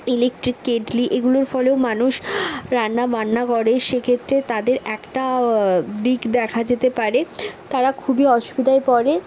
electric kettle এগুলোর ফলেও মানুষ রান্না বান্না করে সেক্ষেত্রে তাদের একটা দিক দেখা যেতে পারে তারা খুবই অসুবিধায় পড়ে